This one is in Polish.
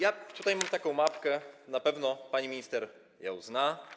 Mam tutaj taką mapkę, na pewno pani minister ją zna.